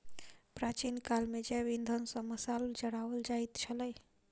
प्राचीन काल मे जैव इंधन सॅ मशाल जराओल जाइत छलै